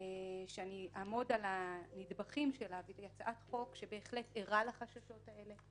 שאני אעמוד על הנדבכים שלה שבהחלט ערה לחששות האלה,